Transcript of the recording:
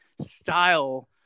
style